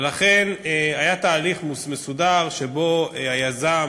ולכן, היה תהליך מסודר שבו היזם,